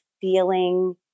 feeling